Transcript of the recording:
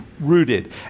rooted